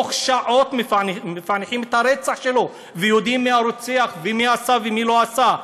בתוך שעות מפענחים את הרצח שלו ויודעים מי הרוצח ומי עשה ומי לא עשה.